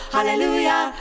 Hallelujah